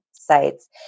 sites